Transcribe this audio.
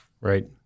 Right